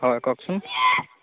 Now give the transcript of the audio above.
হয় কওকচোন